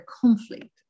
conflict